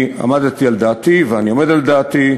אני עמדתי על דעתי, ואני עומד על דעתי.